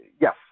yes